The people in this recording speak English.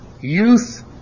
Youth